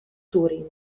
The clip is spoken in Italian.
turyn